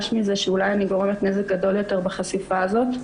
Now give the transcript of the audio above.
מזה שאולי אני גורמת נזק גדול יותר בחשיפה הזאת,